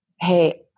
hey